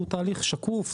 הוא תהליך שקוף,